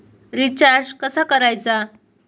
Recharge कसा करायचा?